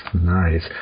Nice